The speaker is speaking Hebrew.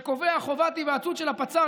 שקובע חובת היוועצות של הפצ"ר.